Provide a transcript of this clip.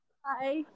Hi